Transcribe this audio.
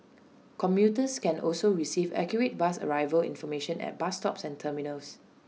commuters can also receive accurate bus arrival information at bus stops and terminals